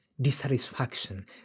dissatisfaction